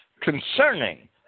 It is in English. concerning